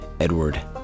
Edward